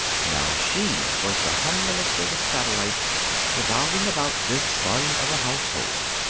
now she was the humblest of the satellites revolving about this sun of the household.